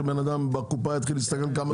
שבן אדם בקופה יתחיל להסתכל כמה זה עולה?